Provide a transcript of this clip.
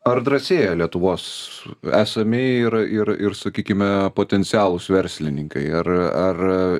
ar drąsėja lietuvos esami ir ir ir sakykime potencialūs verslininkai ar ar